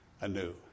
anew